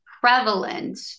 prevalent